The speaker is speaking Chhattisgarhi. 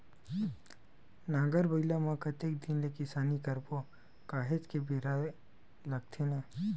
नांगर बइला म कतेक दिन ले किसानी करबो काहेच के बेरा लगथे न